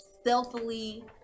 stealthily